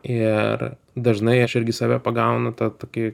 ir dažnai aš irgi save pagaunu tą tokį